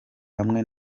hamwe